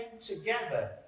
together